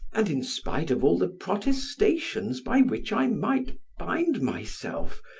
and in spite of all the protestations by which i might bind myself,